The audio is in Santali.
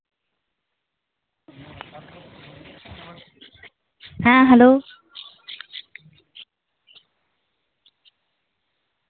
ᱦᱮᱸ ᱦᱮᱞᱳ